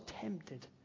tempted